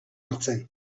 hartzen